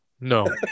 no